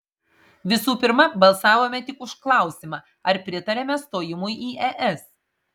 visų pirma balsavome tik už klausimą ar pritariame stojimui į es